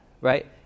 right